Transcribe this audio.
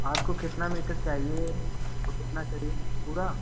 आपको कितना मीटर चाहिए कितना चाहिए पूरा